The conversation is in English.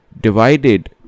divided